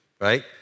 right